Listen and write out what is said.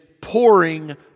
pouring